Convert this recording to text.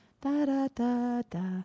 Da-da-da-da